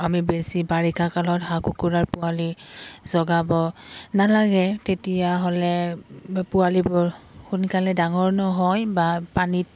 আমি বেছি বাৰিষা কালত হাঁহ কুকুৰাৰ পোৱালি জগাব নালাগে তেতিয়াহ'লে পোৱালিবোৰ সোনকালে ডাঙৰ নহয় বা পানীত